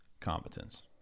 competence